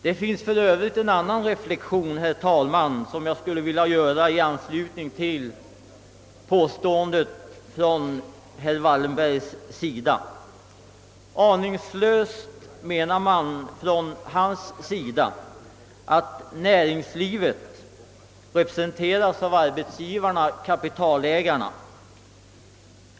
Man kan för övrigt göra också en annan reflexion i anslutning till herr Wallenbergs påstående. På den sidan menar man att näringslivet representeras av arbetsgivarna-kapitalägarna.